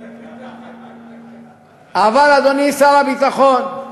אבל, אדוני שר הביטחון,